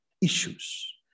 issues